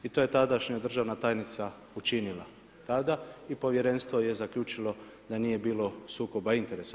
I to je tadašnja državna tajnica učinila tada i povjerenstvo je zaključilo da nije bilo sukoba interesa.